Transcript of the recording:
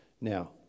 Now